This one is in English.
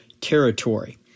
territory